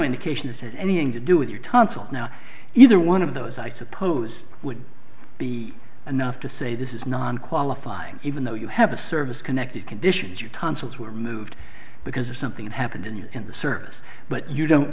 indication this has anything to do with your tonsils now either one of those i suppose would be enough to say this is non qualifying even though you have a service connected conditions your tonsils were removed because if something happened in your in the service but you don't